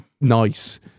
nice